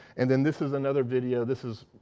and and this is another video. this is,